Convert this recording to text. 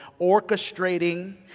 orchestrating